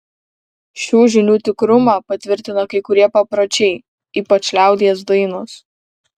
šių žinių tikrumą patvirtina kai kurie papročiai ypač liaudies dainos